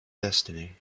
destiny